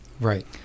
right